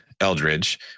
Eldridge